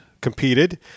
competed